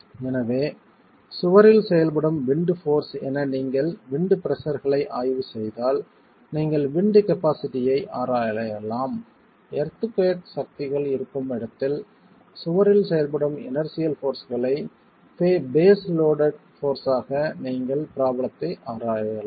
எனவே சுவரில் செயல்படும் விண்ட் போர்ஸ் என நீங்கள் விண்ட் பிரஷர்களை ஆய்வு செய்தால் நீங்கள் கெப்பாசிட்டி ஐ ஆராயலாம் எர்த்குயாக் சக்திகள் இருக்கும் இடத்தில் சுவரில் செயல்படும் இனெர்சியல் போர்ஸ்களை பேஸ் லோடெட் போர்ஸ் ஆக நீங்கள் ப்ராப்ளத்தை ஆராயலாம்